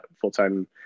full-time